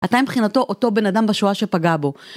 אתה מבחינתו אותו בן אדם בשואה שפגע בו